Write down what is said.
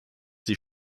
die